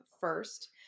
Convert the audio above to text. First